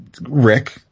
Rick